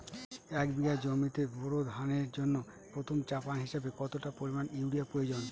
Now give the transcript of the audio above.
এক বিঘা জমিতে বোরো ধানের জন্য প্রথম চাপান হিসাবে কতটা পরিমাণ ইউরিয়া প্রয়োজন?